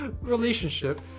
Relationship